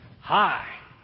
Hi